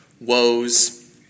woes